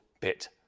bit